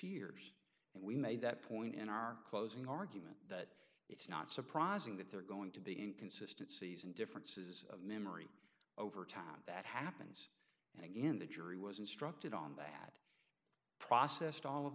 years and we made that point in our closing argument that it's not surprising that they're going to be inconsistent season differences of memory over time that happens and again the jury was instructed on that processed all of